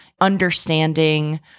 understanding